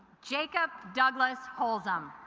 jacob douglas holzem